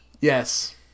Yes